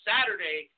Saturday